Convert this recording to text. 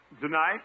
Tonight